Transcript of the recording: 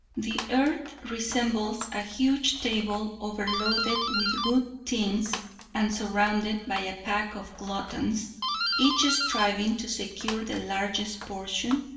the earth resembles a huge table over-loaded with good things and surrounded by a pack of gluttons each striving to secure the largest portion.